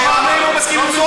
הוא אמר: אני לא מסכים עם זועבי.